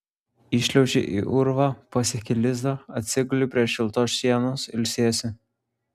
įšliauži į urvą pasieki lizdą atsiguli prie šiltos sienos ilsiesi